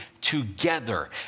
together